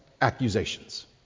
accusations